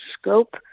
scope